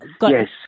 Yes